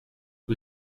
who